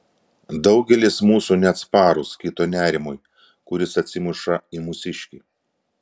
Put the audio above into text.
daugelis mūsų neatsparūs kito nerimui kuris atsimuša į mūsiškį